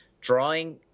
drawing